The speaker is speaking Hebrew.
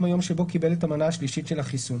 היום שבו קיבל את המנה השלישית של החיסון."